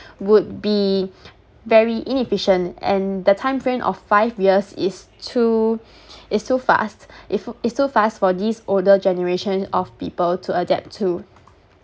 would be very inefficient and the time frame of five years is too is too fast if it's too fast for this older generation of people to adapt to